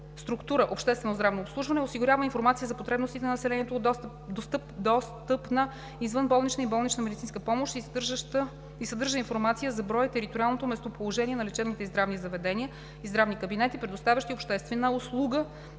Структура „Обществено здравно обслужване“ осигурява информация за потребностите на населението от достъпна извънболнична и болнична медицинска помощ и съдържа информация за броя и териториалното местоположение на лечебните и здравните заведения и здравните кабинети, предоставящи обществена услуга,